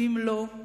ואם לא,